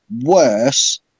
worse